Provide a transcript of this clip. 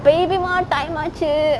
baby மா:maa time ஆச்சு:aachu